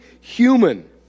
human